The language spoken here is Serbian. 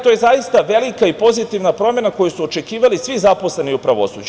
To je zaista velika i pozitivna promena koji su očekivali svi zaposleni u pravosuđu.